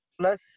plus